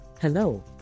hello